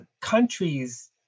countries